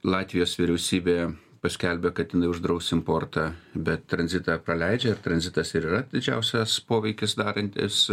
latvijos vyriausybė paskelbė kad jinai uždraus importą bet tranzitą praleidžia ir tranzitas ir yra didžiausias poveikis darantis